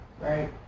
right